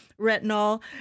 retinol